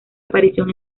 aparición